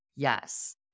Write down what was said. Yes